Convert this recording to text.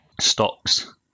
stocks